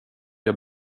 jag